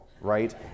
right